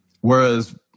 Whereas